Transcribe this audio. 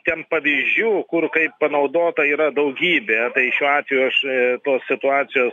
ten pavyzdžių kur kaip panaudota yra daugybė šiuo atveju aš tos situacijos